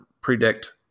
predict